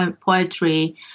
poetry